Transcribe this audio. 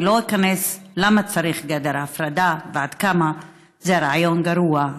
אני לא איכנס ללמה צריך גדר הפרדה ועד כמה זה רעיון גרוע,